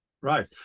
Right